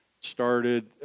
started